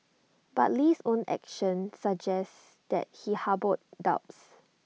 but Lee's own actions suggest that he harboured doubts